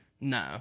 No